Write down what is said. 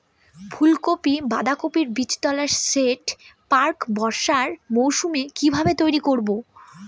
ফুলকপি বাধাকপির বীজতলার সেট প্রাক বর্ষার মৌসুমে কিভাবে তৈরি করব?